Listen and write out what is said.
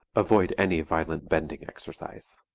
avoid any violent bending exercise.